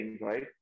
right